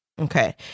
Okay